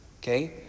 Okay